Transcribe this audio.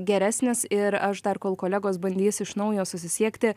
geresnis ir aš dar kol kolegos bandys iš naujo susisiekti